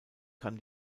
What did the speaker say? kann